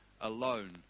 alone